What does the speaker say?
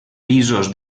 pisos